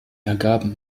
ergaben